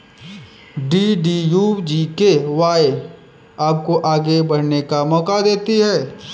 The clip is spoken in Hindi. डी.डी.यू जी.के.वाए आपको आगे बढ़ने का मौका देती है